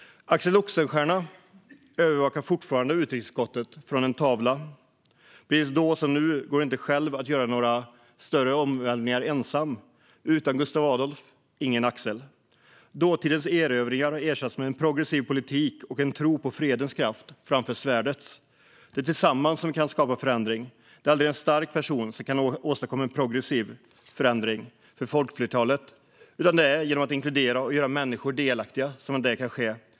Axel Oxenstierna övervakar fortfarande utrikesutskottet från en tavla i mötesrummet. Nu som då går det inte att göra några större omvälvningar ensam - utan Gustav Adolf ingen Axel. Dåtidens erövringar har ersatts med en progressiv politik och en tro på fredens kraft framför svärdets. Det är tillsammans som vi kan skapa förändring. Det är aldrig en stark person som kan åstadkomma en progressiv förändring för folkflertalet, utan det är genom att inkludera och göra människor delaktiga som det kan ske.